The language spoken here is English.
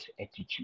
attitude